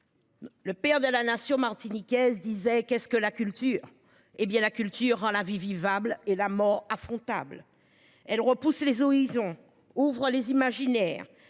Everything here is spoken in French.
Le père de la nation martiniquaise disait qu'est-ce que la culture, hé bien la culture à la vie vivable et la mort. Ah frontales. Elle repousse les horizons ouvrent les imaginaires.